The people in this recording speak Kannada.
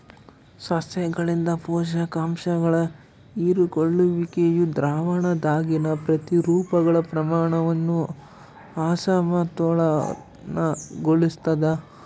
ಸಸ್ಯಗಳಿಂದ ಪೋಷಕಾಂಶಗಳ ಹೀರಿಕೊಳ್ಳುವಿಕೆಯು ದ್ರಾವಣದಾಗಿನ ಪ್ರತಿರೂಪಗಳ ಪ್ರಮಾಣವನ್ನು ಅಸಮತೋಲನಗೊಳಿಸ್ತದ